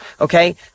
okay